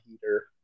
heater